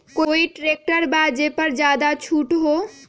कोइ ट्रैक्टर बा जे पर ज्यादा छूट हो?